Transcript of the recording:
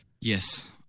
Yes